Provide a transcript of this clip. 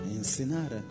ensinar